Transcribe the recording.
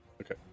Okay